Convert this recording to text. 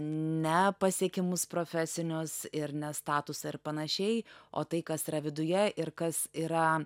ne pasiekimus profesinius ir ne statusą ir panašiai o tai kas yra viduje ir kas yra